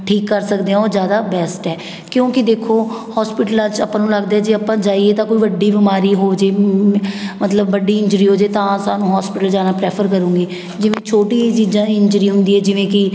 ਠੀਕ ਕਰ ਸਕਦੇ ਹਾਂ ਉਹ ਜ਼ਿਆਦਾ ਬੈਸਟ ਹੈ ਕਿਉਂਕਿ ਦੇਖੋ ਹੋਸਪਿਟਲਾਂ 'ਚ ਆਪਾਂ ਨੂੰ ਲੱਗਦਾ ਜੇ ਆਪਾਂ ਜਾਈਏ ਤਾਂ ਕੋਈ ਵੱਡੀ ਬਿਮਾਰੀ ਹੋ ਜਾਏ ਮਤਲਬ ਵੱਡੀ ਇੰਜ਼ਰੀ ਹੋ ਜਾਏ ਤਾਂ ਸਾਨੂੰ ਹੋਸਪਿਟਲ ਜਾਣਾ ਪ੍ਰੈਫਰ ਕਰੂੰਗੀ ਜਿਵੇਂ ਛੋਟੀ ਜਿਹੀ ਜਾਂ ਇੰਜ਼ਰੀ ਹੁੰਦੀ ਹੈ ਜਿਵੇਂ ਕਿ